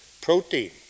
protein